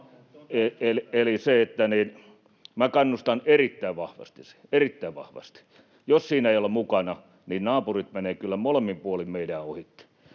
erittäin vahvasti siihen, erittäin vahvasti. Jos siinä ei olla mukana, niin naapurit menevät kyllä molemmin puolin meidän